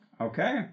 Okay